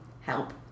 help